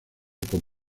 con